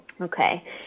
Okay